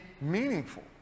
meaningful